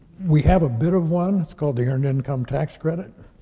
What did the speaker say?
we have a bit of one. it's called the earned income tax credit,